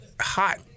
hot